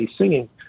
singing